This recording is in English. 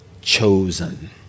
chosen